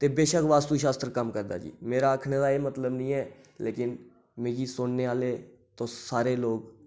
ते बशक्क वास्तु शास्त्र कम्म करदा जी मेरा आखने दा एह् मतलब निं ऐ लेकिन मिगी सुनने आह्ले तुस सारे लोग